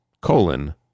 Colon